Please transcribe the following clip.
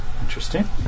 Interesting